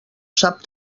sap